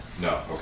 No